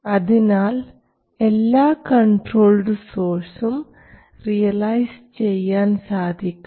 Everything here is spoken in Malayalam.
അതിനാൽ എല്ലാ കൺട്രോൾഡ് സോഴ്സും റിയലൈസ് ചെയ്യാൻ സാധിക്കും